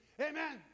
Amen